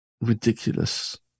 ridiculous